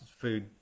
food